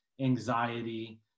anxiety